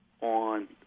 on